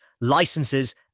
licenses